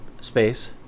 Space